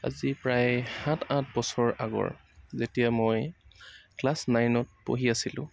আজি প্ৰায় সাত আঠ বছৰ আগৰ যেতিয়া মই ক্লাছ নাইনত পঢ়ি আছিলোঁ